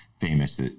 famous